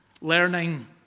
Learning